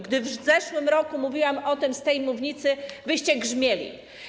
Gdy w zeszłym roku mówiłam o tym z tej mównicy, wyście grzmieli.